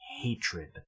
hatred